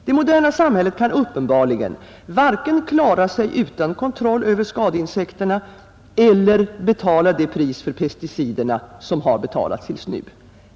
Det moderna samhället kan uppenbarligen varken klara sig utan kontroll över skadeinsekterna eller betala det pris för pesticiderna som har betalats tills nu.